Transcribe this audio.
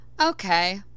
Okay